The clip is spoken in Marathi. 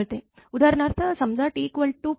उदाहरणार्थ समजा t 5